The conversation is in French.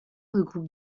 regroupe